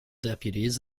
deputies